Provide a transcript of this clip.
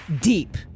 deep